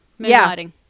moonlighting